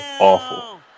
awful